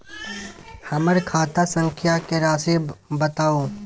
हमर खाता संख्या के राशि बताउ